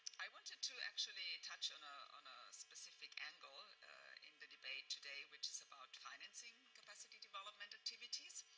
i wanted to actually touch on ah on a specific angle in the debate today, which is about financing capacity development activities,